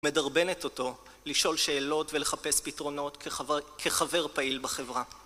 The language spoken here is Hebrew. מדרבנת אותו לשאול שאלות ולחפש פתרונות, כחבר פעיל בחברה.